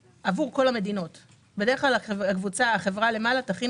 בסופו יבוא "למה לא לחשוב